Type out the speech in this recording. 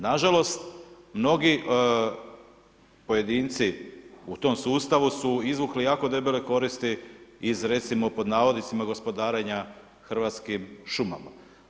Na žalost, mnogi pojedinci u tom sustavu su izvukli jako debele koristi iz recimo pod navodnicima gospodarenja hrvatskim šumama.